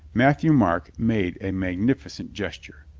matthieu-marc made a magnificent gesture.